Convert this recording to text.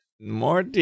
More